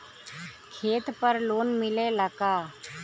खेत पर लोन मिलेला का?